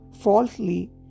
falsely